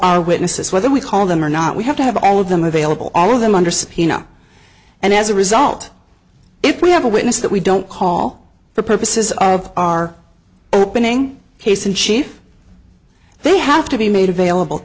our witnesses whether we call them or not we have to have all of them available all of them under subpoena and as a result if we have a witness that we don't call for purposes of our opening case in chief they have to be made available